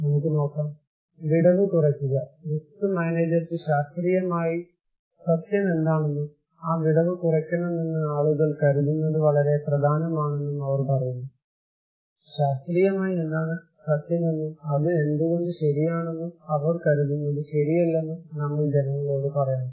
നമുക്ക് നോക്കാം വിടവ് കുറയ്ക്കുക റിസ്ക് മാനേജർക്ക് ശാസ്ത്രീയമായി സത്യമെന്താണെന്നും ആ വിടവ് കുറയ്ക്കണമെന്ന് ആളുകൾ കരുതുന്നത് വളരെ പ്രധാനമാണെന്നും അവർ പറയുന്നു ശാസ്ത്രീയമായി എന്താണ് സത്യമെന്നും അത് എന്തുകൊണ്ട് ശരിയാണെന്നും അവർ കരുതുന്നത് ശരിയല്ലെന്നും നമ്മൾ ജനങ്ങളോട് പറയണം